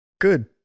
Good